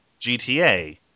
GTA